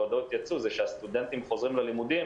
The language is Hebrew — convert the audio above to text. ההודעות שיצאו זה שהסטודנטים חוזרים ללימודים